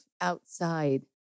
outside